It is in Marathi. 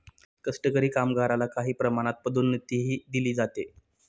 कष्टकरी कामगारला काही प्रमाणात पदोन्नतीही दिली जाते